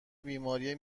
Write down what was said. بیماری